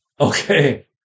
Okay